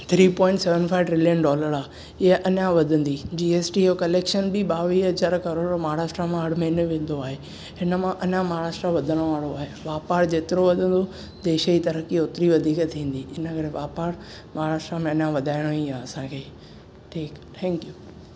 three point seven five trillion dollar आहे हीअ अञा वधंदी जी एस टी जो कलेक्शन बि ॿावीह हज़ार करोड़ महाराष्ट्र मां हर महीने वेंदो आहे हिन मां अञा महाराष्ट्र वधण वारो आहे व्यापार जेतिरो वधंदो देश जी तरक्क़ी ओतिरी वधीक थींदी हिन करे व्यापार महाराष्ट्र में अञा वधाइणो ई आहे असां खे ठिक थैंक यू